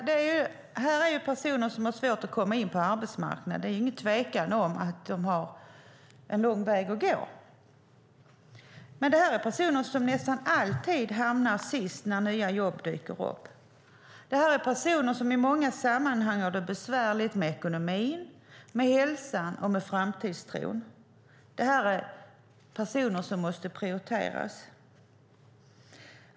Herr talman! Det här är personer som har svårt att komma in på arbetsmarknaden. Det är ingen tvekan om att de har en lång väg att gå. Det är personer som nästan alltid hamnar sist när nya jobb dyker upp. Det är personer som i många sammanhang har det besvärligt med ekonomin, hälsan och framtidstron. Det är personer som måste prioriteras.